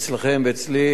אצלכם ואצלי.